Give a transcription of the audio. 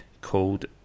called